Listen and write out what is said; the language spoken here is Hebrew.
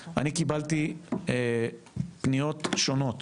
אני קיבלתי פניות שונות